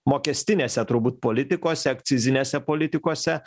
mokestinėse turbūt politikose akcizinėse politikose